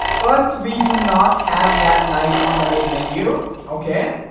but we do not have that night on the main menu ok,